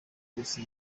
minsi